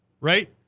Right